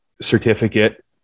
certificate